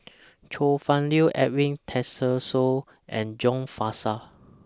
Chong Fah Cheong Edwin Tessensohn and John Fraser